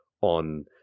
on